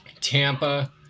Tampa